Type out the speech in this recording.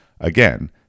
Again